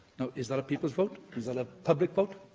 is that a people's vote? is that a public vote?